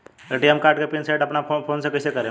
ATM card के pin set अपना phone से कइसे करेम?